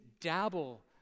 dabble